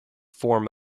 form